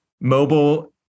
mobile